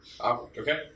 Okay